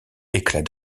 éclat